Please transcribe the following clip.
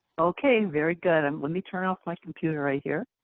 okay, very good. and let me turn off my computer right here.